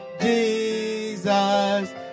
Jesus